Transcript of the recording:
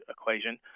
equation